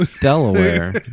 Delaware